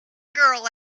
girl